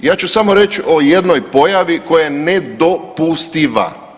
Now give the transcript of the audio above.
Ja ću samo reći o jednoj pojavi koja je nedopustiva.